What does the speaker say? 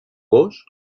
gos